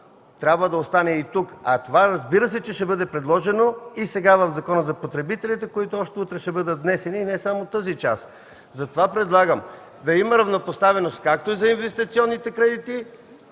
трябва да остане и тук. А това, разбира се, че ще бъде предложено и в Закона за потребителите, да, и не само тази част. Затова предлагам да има равнопоставеност както за инвестиционните кредити,